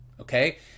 okay